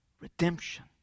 redemption